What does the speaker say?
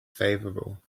favourable